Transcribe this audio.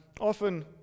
Often